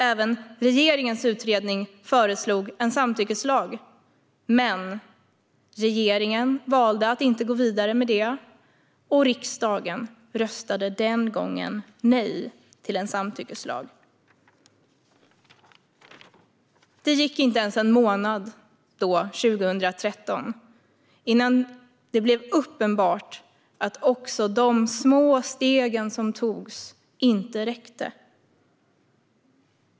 Även regeringens utredning föreslog en samtyckeslag, men regeringen valde att inte gå vidare med detta. Riksdagen röstade den gången nej till en samtyckeslag. Det gick inte ens en månad 2013 innan det blev uppenbart att inte heller de små steg som togs räckte.